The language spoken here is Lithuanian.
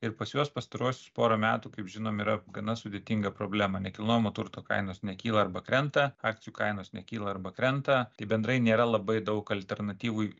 ir pas juos pastaruosius porą metų kaip žinom yra gana sudėtinga problema nekilnojamo turto kainos nekyla arba krenta akcijų kainos nekyla arba krenta tai bendrai nėra labai daug alternatyvų